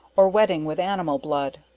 or wetting with animal blood.